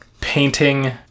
painting